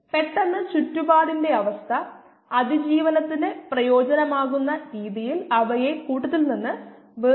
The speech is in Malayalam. ആദ്യത്തെ ചോദ്യം നമ്മൾ പറഞ്ഞതുപോലെ എന്താണ് വേണ്ടത്